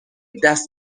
دست